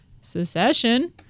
Secession